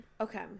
Okay